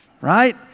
right